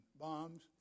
bombs